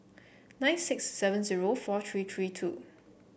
nine six seven zero four three three two